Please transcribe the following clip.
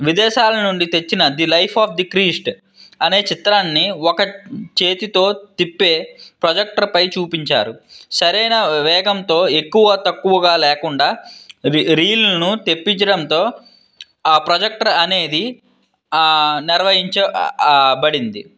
విదేశాలనుండి తెచ్చిన the life of the Christ అనే చిత్రాన్ని ఒక చేతితో తిప్పే ప్రొజెక్టర్పై చూపించారు సరైనా వేగంతో ఎక్కువ తక్కువగా లేకుండా రీ రీల్ను తిప్పించడంతో ఆ ప్రొజెక్టర్ అనేది నిర్వహించ బడింది